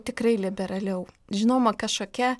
tikrai liberaliau žinoma kažkokia